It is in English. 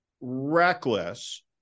reckless